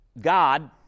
God